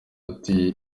ati